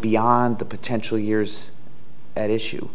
beyond the potentially years at issue